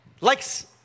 likes